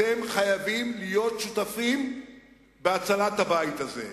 אתם חייבים להיות שותפים בהצלת הבית הזה.